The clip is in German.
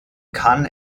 kann